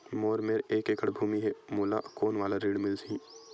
मोर मेर एक एकड़ भुमि हे मोला कोन वाला ऋण मिलही?